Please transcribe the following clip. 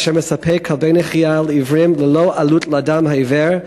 אשר מספק כלבי נחייה לעיוורים ללא עלות לאדם העיוור,